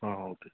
okay